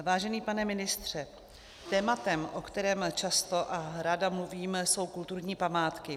Vážený pane ministře, tématem, o kterém často a ráda mluvím, jsou kulturní památky.